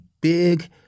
big